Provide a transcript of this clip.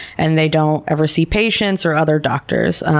and they don't ever see patients or other doctors.